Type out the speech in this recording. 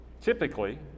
typically